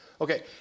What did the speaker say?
Okay